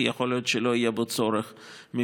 כי יכול להיות שלא יהיה בו צורך אמיתי.